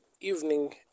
evening